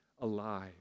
alive